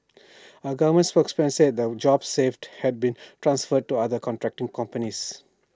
A government spokesman said the jobs saved had been transferred to other contracting companies